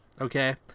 okay